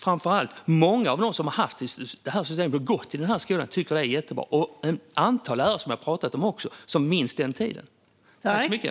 Framför allt många av dem som har gått i skolan med detta system tycker att det är jättebra. Och ett antal lärare som minns denna tid som jag har pratat med tycker också det.